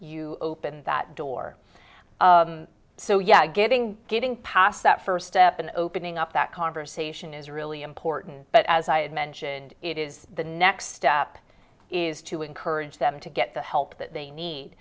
you opened that door so yeah getting getting past that first step and opening up that conversation is really important but as i mentioned it is the next step is to encourage them to get the help that they need